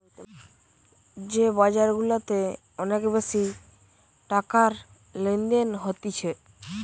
যে বাজার গুলাতে অনেক বেশি টাকার লেনদেন হতিছে